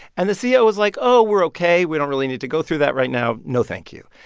and the ceo was like, oh, we're ok. we don't really need to go through that right now. no, thank you.